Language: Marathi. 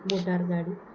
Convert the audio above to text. मोटार गाडी